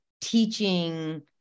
teaching